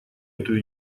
эту